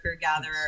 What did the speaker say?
gatherer